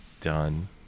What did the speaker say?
done